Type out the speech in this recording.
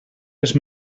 les